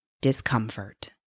discomfort